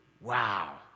Wow